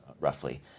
roughly